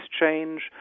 change